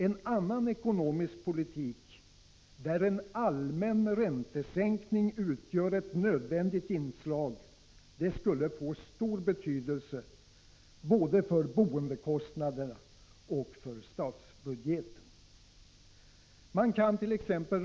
En annan ekonomisk politik, där en allmän räntesänkning utgör ett nödvändigt inslag, skulle få stor betydelse både för boendekostnaderna och för statsbudgeten. Man kant.ex.